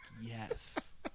Yes